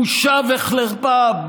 בושה וחרפה.